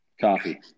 Coffee